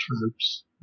troops